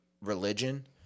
religion